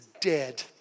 dead